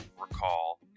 recall